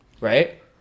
Right